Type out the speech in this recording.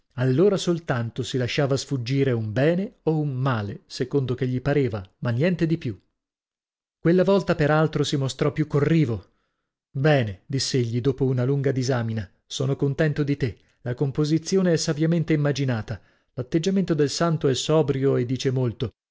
allora soltanto si lasciava sfuggire un bene o un male secondo che gli pareva ma niente di più quella volta per altro si mostrò più corrivo bene diss'egli dopo una lunga disamina sono contento di te la composizione è saviamente immaginata l'atteggiamento del santo è sobrio e dice molto